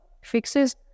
fixes